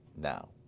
now